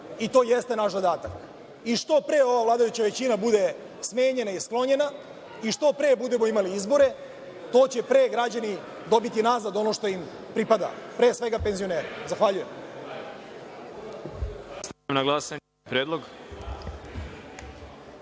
i to jeste naš zadatak. Što pre ova vladajuća većina bude smenjena i sklonjena, i što pre budemo imali izbore, to će pre građani dobiti nazad ono što im pripada, pre svega penzioneri. Zahvaljujem.